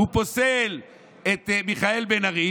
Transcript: הוא פוסל את מיכאל בן ארי